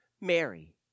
Mary